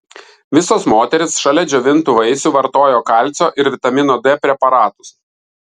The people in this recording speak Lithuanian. visos moterys šalia džiovintų vaisių vartojo kalcio ir vitamino d preparatus